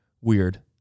weird